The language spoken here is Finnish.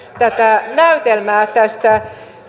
tätä näytelmää tästä